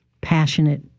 passionate